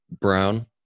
Brown